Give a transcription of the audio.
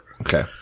Okay